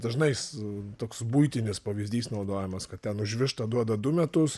dažnai s toks buitinis pavyzdys naudojamas kad ten už vištą duoda du metus